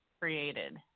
created